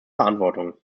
verantwortung